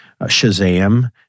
Shazam